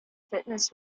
fitness